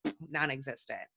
non-existent